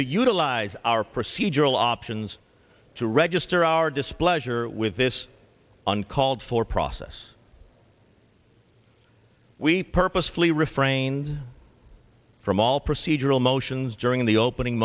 to utilize our procedural options to register our displeasure with this uncalled for process we purposefully refrain from all procedural motions during the opening